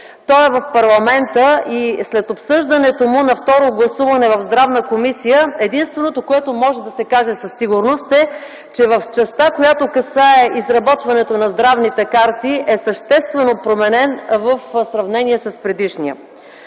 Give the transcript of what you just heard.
Той е в парламента и след обсъждането му на второ гласуване в Здравната комисия единственото, което може да се каже със сигурност, е, че в частта, която касае изработването на здравните карти, е съществено променен в сравнение с предишния.